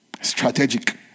strategic